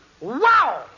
Wow